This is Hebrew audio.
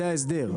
זה ההסדר.